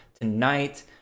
tonight